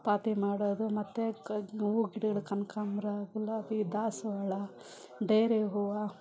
ಪಾತಿ ಮಾಡೋದು ಮತ್ತು ಕ ಊ ಗಿಡಗಳು ಕನಕಾಂಬ್ರ ಗುಲಾಬಿ ದಾಸವಾಳ ಡೇರೆ ಹೂವು